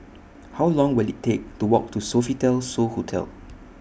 How Long Will IT Take to Walk to Sofitel So Hotel